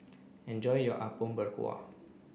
enjoy your Apom Berkuah